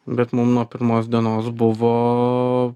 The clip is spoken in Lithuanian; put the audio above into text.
bet mum nuo pirmos dienos buvo